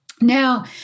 Now